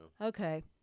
okay